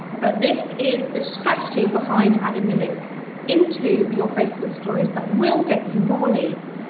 but this is the strategy behind adding the link into your facebook stories that will get you more leads,